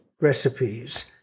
recipes